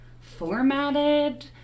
formatted